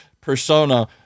persona